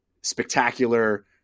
spectacular